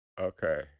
okay